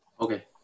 Okay